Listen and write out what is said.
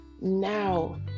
now